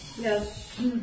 Yes